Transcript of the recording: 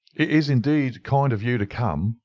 it is indeed kind of you to come,